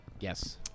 yes